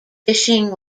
fishing